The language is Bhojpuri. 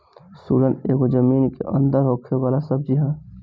सुरन एगो जमीन के अंदर होखे वाला सब्जी हअ